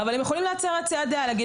אבל הם יכולים להצר את צעדיה ולהגיד